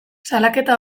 salaketa